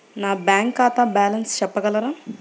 నా బ్యాంక్ ఖాతా బ్యాలెన్స్ చెప్పగలరా?